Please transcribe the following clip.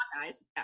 guys